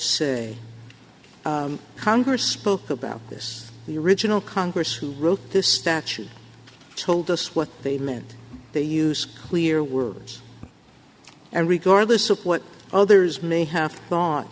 say congress spoke about this the original congress who wrote this statute told us what they meant they use clear words and regardless of what others may have